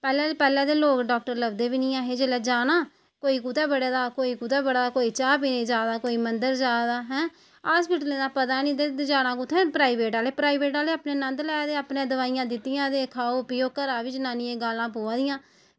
पैह्लें ते लोग डॉक्टर लगदे गै निं ऐहे कोई कुदै बड़े दा कोई कुदै बड़े दा कोई चाह् पीने गी जा दा कोई कुदै हॉस्पिटल दा ते पता निं पर जाना कुत्थें प्राईवेट आह्ले अपने नंद लैदे अपने दोआइयां दित्तियां ते घरा बी जनानियें गी गालां पवा दियां